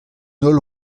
holl